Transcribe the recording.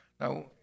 Now